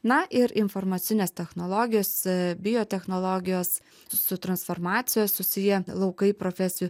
na ir informacinės technologijos biotechnologijos su transformacija susiję laukai profesijų